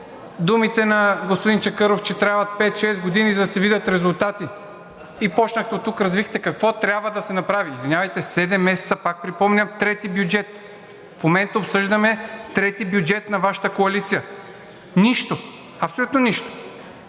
думите на господин Чакъров, че трябват пет-шест години, за да се видят резултати и оттук развихте какво трябва да се направи. Извинявайте, седем месеца, пак припомням, трети бюджет! В момента обсъждаме трети бюджет на Вашата коалиция! Нищо, абсолютно нищо,